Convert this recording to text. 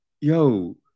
Yo